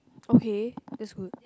okay is good